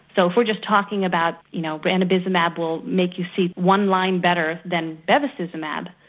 so if we're just talking about you know ranibizumab will make you see one line better than bevacizumab,